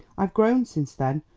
i've grown since then,